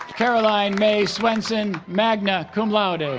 caroline mae swensen magna cum laude and